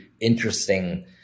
interesting